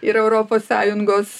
ir europos sąjungos